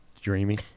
Dreamy